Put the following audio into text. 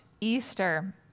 Easter